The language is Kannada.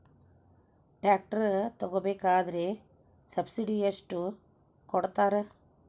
ಟ್ರ್ಯಾಕ್ಟರ್ ತಗೋಬೇಕಾದ್ರೆ ಸಬ್ಸಿಡಿ ಎಷ್ಟು ಕೊಡ್ತಾರ?